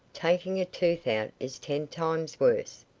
taking a tooth out is ten times worse.